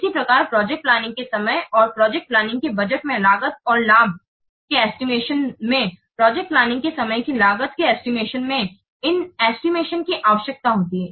इसी प्रकार project planning के समय और प्रोजेक्ट प्लानिंग के बजट में लागत और लाभ के एस्टिमेशन में प्रोजेक्ट प्लानिंग के समय की लागत के एस्टिमेशन में इन एस्टिमेशन की आवश्यकता होती है